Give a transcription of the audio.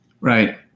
Right